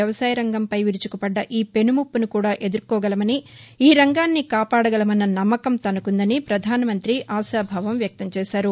వ్యవసాయ రంగంపై విరుచుకుపడ్డ ఈ పెనుముప్పను కూడా ఎదుర్కోగలమనీ ఈ రంగాన్ని కాపాడగలమన్న నమ్మకం తనకుందని పధానమంతి ఆశాభావం వ్యక్తం చేశారు